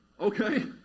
Okay